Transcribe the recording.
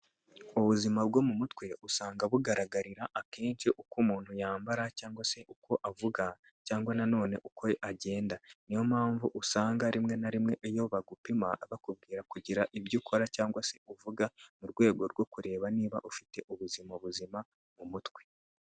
ubuzima bwo mu mutwe usanga bugaragarira akenshi uko umuntu yambara cyangwa se uko avuga cyangwa na none uko agenda niyo mpamvu usanga rimwe na rimwe iyo bagupima bakubwira kugira ibyo ukora cyangwa se uvuga mu rwego rwo kureba niba ufite ubuzima buzima mu mutwe.